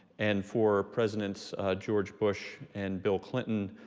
and for presidents george bush and bill clinton,